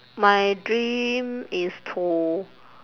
my dream is to